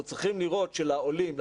אנחנו צריכים לראות שלעולים,